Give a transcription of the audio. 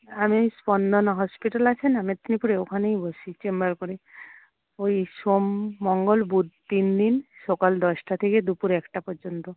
আমি স্পন্দন হসপিটাল আছে না মেদিনীপুরে ওইখানেই বসি চেম্বার করে ওই সোম মঙ্গল বুধ তিন দিন সকাল দশটা থেকে দুপুর একটা পর্যন্ত